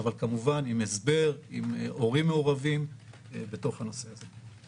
אבל כמובן עם הסבר, עם הורים מעורבים בנושא הזה.